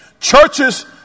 Churches